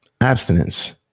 abstinence